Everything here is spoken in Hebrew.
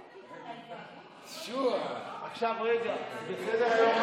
ברוב ברור, סליחה.